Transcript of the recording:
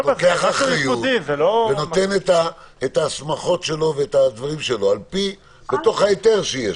לוקח אחריות ונותן את ההסמכות שלו ואת הדברים שלו בתוך ההיתר שיש לו.